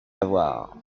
avoir